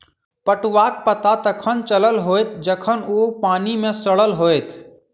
पटुआक पता तखन चलल होयत जखन ओ पानि मे सड़ल होयत